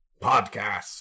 podcast